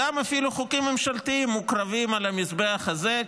אפילו חוקים ממשלתיים מוקרבים על המזבח הזה,